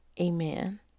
Amen